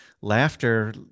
laughter